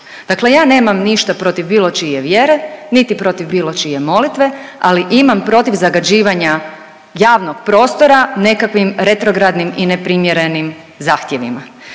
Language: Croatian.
Dakle, ja nemam ništa protiv bilo čije vjere, niti protiv bilo čije molitve, ali imam protiv zagađivanja javnog prostora nekakvim retrogradnim i neprimjerenim zahtjevima.